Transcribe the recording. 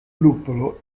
luppolo